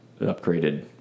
upgraded